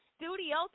studio